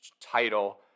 title